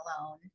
alone